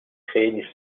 خیلی